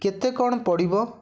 କେତେ କ'ଣ ପଡ଼ିବ